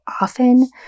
often